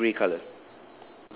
the dog is grey colour